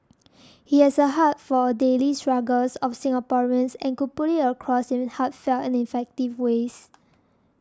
he has a heart for the daily struggles of Singaporeans and could put it across in heartfelt and effective ways